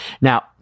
Now